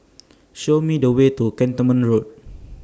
Show Me The Way to Cantonment Road